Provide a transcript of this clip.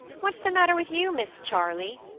what's the matter with you, miss charley?